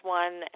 one